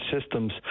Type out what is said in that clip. systems